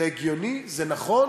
זה הגיוני ונכון